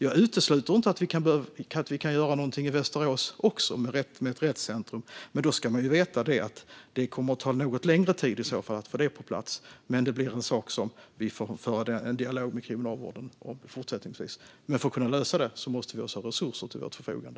Jag utesluter inte ett rättscentrum i Västerås, men det kommer att ta längre tid att få det på plats. Detta får vi dock föra en dialog med Kriminalvården om, och för att lösa det måste vi ha resurser till vårt förfogande.